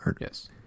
Yes